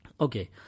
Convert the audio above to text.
Okay